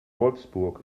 wolfsburg